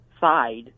side